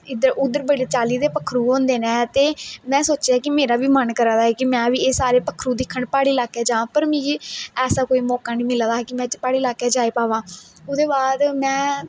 इद्धर बडे़ चाल्ली दे पक्खरु होंदे न ते में सोचेआ कि मेरा बी मन करा दे हे कि में बी एह् सारे पक्खरु दिक्खन प्हाड़ी इलाके जाङ पर मी ऐसा कोई मौका नेई मिला दा हा कि में प्हाडी़ इलाके च जाई पावां ओहदे बाद में